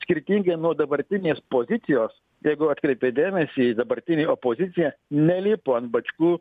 skirtingai nuo dabartinės pozicijos jeigu atkreipėt dėmesį dabartinė opozicija nelipo ant bačkų